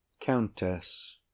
Countess